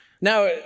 Now